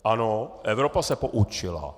Ano, Evropa se poučila.